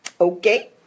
Okay